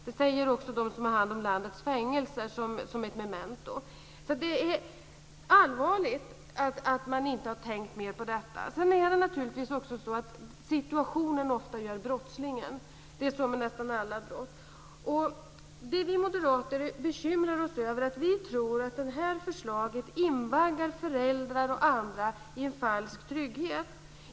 Det säger också de som har hand om landets fängelser som ett memento. Det är allvarligt att man inte har tänkt mer på detta. Sedan är det naturligtvis också så att situationen ofta gör brottslingen. Det är så med nästan alla brott. Det vi moderater bekymrar oss över är att vi tror att detta förslag invaggar föräldrar och andra i en falsk trygghet.